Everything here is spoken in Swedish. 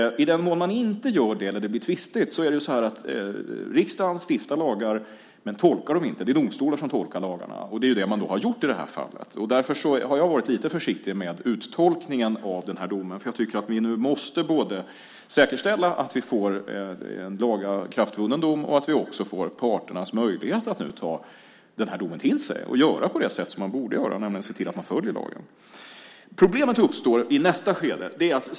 I den mån man inte gör det eller det blir tvistigt är det ju så att riksdagen stiftar lagar, men man tolkar dem inte. Det är domstolar som tolkar lagarna, och det är det man har gjort i det här fallet. Därför har jag varit lite försiktig med uttolkningen av den här domen. Jag tycker att vi nu måste säkerställa att vi får en lagakraftvunnen dom och att parterna också får möjligheter att nu ta den här domen till sig och göra på det sätt som man borde göra, nämligen se till att man följer lagen. Problemet uppstår i nästa skede.